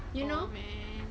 oh man